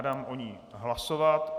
Dám o ní hlasovat.